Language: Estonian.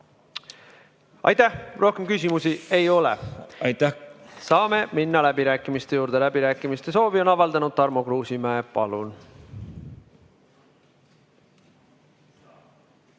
Palun! Rohkem küsimusi ei ole. Saame minna läbirääkimiste juurde. Läbirääkimise soovi on avaldanud Tarmo Kruusimäe. Palun!